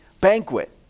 banquet